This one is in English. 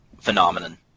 phenomenon